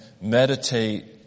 meditate